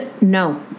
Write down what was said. no